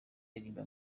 aririmba